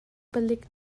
palik